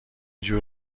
جور